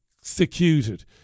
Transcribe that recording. executed